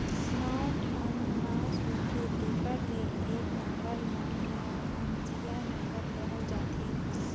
नौ ठन नास होथे तेकर ले ए नांगर ल नवनसिया नागर कहल जाथे